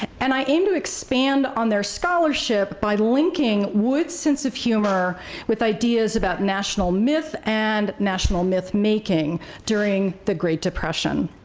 and i aim to expand on their scholarship by linking wood's sense of humor with ideas about national myth and national myth-making during the great depression.